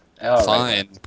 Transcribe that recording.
Fine